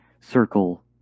circle